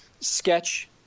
sketch